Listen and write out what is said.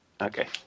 Okay